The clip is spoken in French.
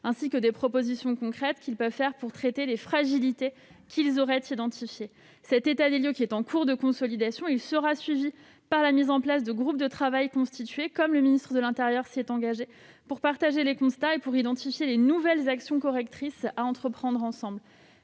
ainsi que sur les propositions concrètes que ceux-ci peuvent faire pour traiter les fragilités qu'ils auraient identifiées. Cet état des lieux, qui est en cours de consolidation, sera suivi par la mise en place de groupes de travail constitués, comme le ministre de l'intérieur s'y est engagé, pour partager les constats et identifier les nouvelles actions correctrices à entreprendre ensemble.